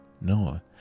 Noah